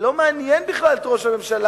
לא מעניין בכלל את ראש הממשלה